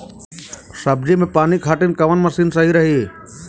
सब्जी में पानी खातिन कवन मशीन सही रही?